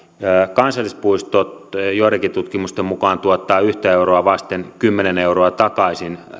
kansallispuistot joidenkin tutkimusten mukaan tuottavat yhtä euroa vasten kymmenen euroa rahaa takaisin